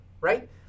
right